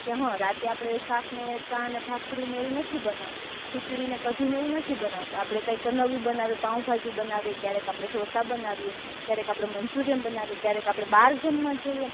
કે હ રાત્રે આપણે શાકને ચાને ભાખરીને એવું નથી બનાવવું ખીચડીને કઢીને એવું નથી બનાવવું તો આપણે કંઈક નવું બનાવીએ પાઉંભાજી બનાવીએ ક્યારેક આપણે ઢોંસા બનાવીએ ક્યારેક આપણે મચૂરીયન બનાવીએ ક્યારેક આપણે બહાર જમવા જઈએ